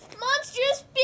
Monstrous